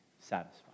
satisfied